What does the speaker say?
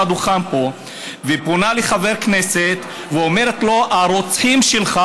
על הדוכן פה ופונה לחבר כנסת ואומרת לו: הרוצחים שלך,